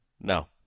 No